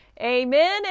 Amen